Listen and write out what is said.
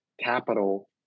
capital